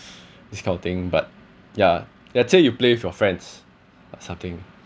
this kind of thing but ya let's say you play with your friends or something